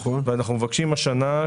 אנחנו מבקשים השנה,